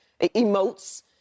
emotes